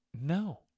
no